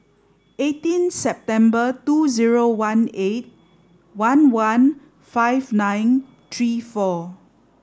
eighteen September two zero one eight one one five nine three four